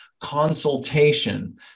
consultation